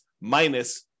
minus